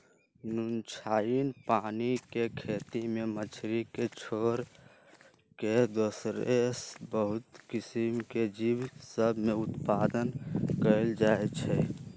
नुनछ्राइन पानी के खेती में मछरी के छोर कऽ दोसरो बहुते किसिम के जीव सभ में उत्पादन कएल जाइ छइ